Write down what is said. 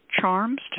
charms